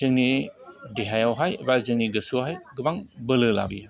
जोंनि देहायावहाय एबा जोंनि गोसोआवहाय गोबां बोलो लाबोयो